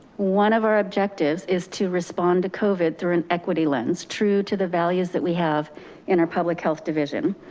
one of our objectives is to respond to covid through an equity lens, true to the values that we have in our public health division.